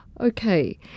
Okay